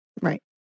Right